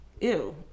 ew